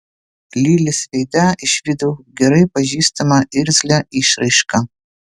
lilės veide išvydau gerai pažįstamą irzlią išraišką